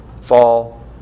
fall